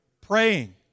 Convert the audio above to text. Praying